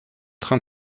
train